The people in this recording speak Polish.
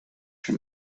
się